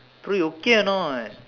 pre okay anot